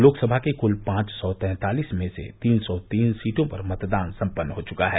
लोकसभा की क्ल पांच सौ तैंतालिस में से तीन सौ तीन सीटों पर मतदान सम्पन्न हो चुका है